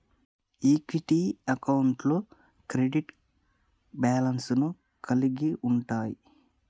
equity అకౌంట్లు credit balance లను కలిగి ఉంటయ్